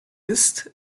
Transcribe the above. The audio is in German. ist